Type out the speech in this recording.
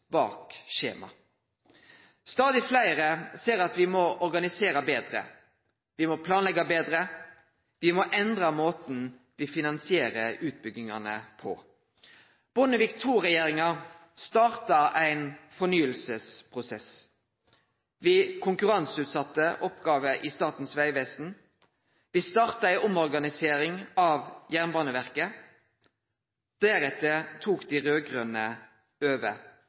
bak skjema. Stadig fleire ser at me må organisere betre, me må planleggje betre, me må endre måten me finansierer utbyggingane på. Bondevik II-regjeringa starta ein fornyingsprosess. Me konkurranseutsette oppgåver i Statens vegvesen. Me starta ei omorganisering av Jernbaneverket. Deretter tok dei raud-grøne over.